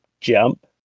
Jump